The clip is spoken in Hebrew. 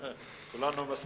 כולנו מסכימים?